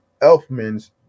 Elfman's